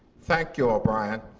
thank you, o'brien.